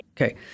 Okay